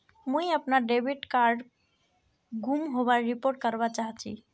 मुई अपना debit card गूम होबार रिपोर्ट करवा चहची